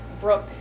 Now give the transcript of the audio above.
Brooke